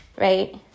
right